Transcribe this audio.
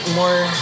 more